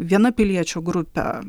viena piliečių grupė